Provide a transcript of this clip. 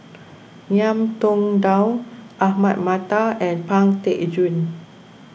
Ngiam Tong Dow Ahmad Mattar and Pang Teck Joon